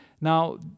Now